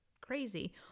crazy